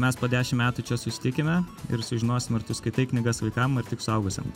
mes po dešim metų čia susitikime ir sužinosim ar tu skaitai knygas vaikam ar tik suaugusiem